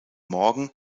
morgen